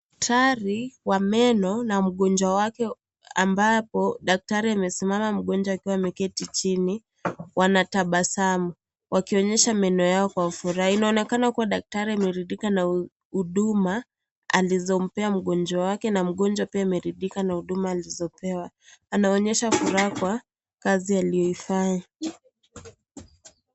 Daktari wa meno, na mgonjwa wake, ambapo daktari amesimama mgonjwa akiwa ameketi chini. Wanatabasamu wakionyesha meno yao kwa furaha. Inaonekana kuwa daktari ameridhika huduma alizo Mpesa mgonjwa wake na mgonjwa pia ameridhika na Huduma alizopewa. Anaonyesha furaha kwa kazi aliyoifanya.